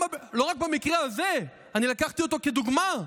לא רק במקרה הזה, אני לקחתי אותו כדוגמה,